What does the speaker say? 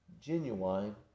genuine